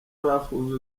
bafunze